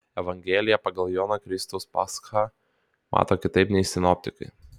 evangelija pagal joną kristaus paschą mato kitaip nei sinoptikai